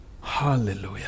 Hallelujah